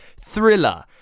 thriller